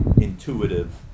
intuitive